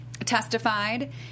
Testified